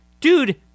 Dude